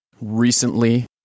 Recently